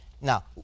Now